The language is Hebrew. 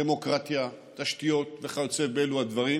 דמוקרטיה, תשתיות וכיוצא באלו הדברים,